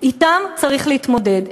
אתם צריך להתמודד,